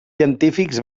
científics